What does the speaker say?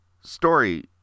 story